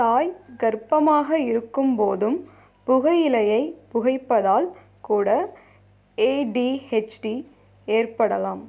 தாய் கர்ப்பமாக இருக்கும் போதும் புகையிலையைப் புகைப்பதால் கூட ஏடிஹெச்டி ஏற்படலாம்